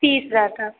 तीस हज़ार का